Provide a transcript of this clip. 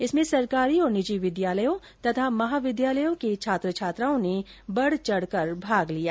इसमें सरकारी और निजी विद्यालयों तथा महाविद्यालयों के छात्र छात्राओं ने बढचढकर भाग लिया